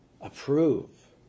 approve